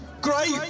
Great